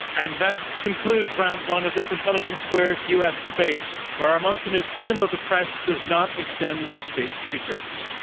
and that concludes round one of this intelligence squared u. s. debate where our motion is freedom of the press does not extend to state secrets.